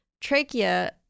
trachea